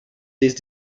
these